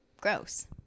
gross